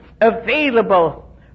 available